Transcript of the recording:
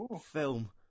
film